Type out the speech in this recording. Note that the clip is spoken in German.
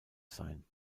sein